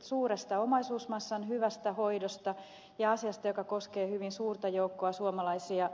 suuren omaisuusmassan hyvästä hoidosta ja asiasta joka koskee hyvin suurta joukkoa suomalaisia